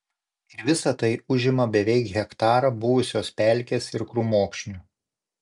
ir visa tai užima beveik hektarą buvusios pelkės ir krūmokšnių